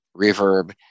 reverb